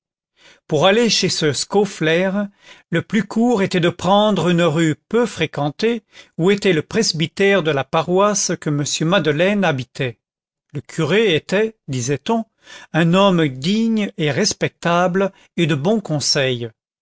pour aller chez ce scaufflaire le plus court était de prendre une rue peu fréquentée où était le presbytère de la paroisse que m madeleine habitait le curé était disait-on un homme digne et respectable et de bon conseil